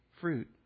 fruit